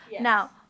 Now